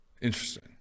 Interesting